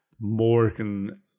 morgan